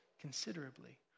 considerably